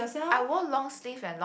I wore long sleeve and long